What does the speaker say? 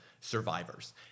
survivors